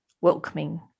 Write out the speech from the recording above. welcoming